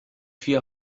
vier